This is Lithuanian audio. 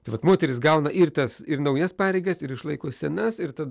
tai vat moterys gauna ir tas ir naujas pareigas ir išlaiko senas ir tada